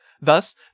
Thus